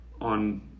on